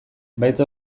baita